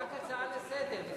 רק הצעה לסדר.